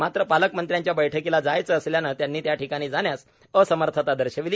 मात्र पालकमंत्र्यांच्या बैठकीला जायचे असल्याने त्यांनी त्या ठिकाणी जाण्यास असमर्थता दर्शविली